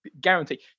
guarantee